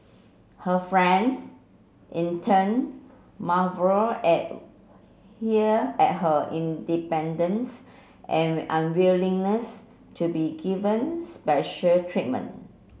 her friends in turn marvelled at here at her independence and unwillingness to be given special treatment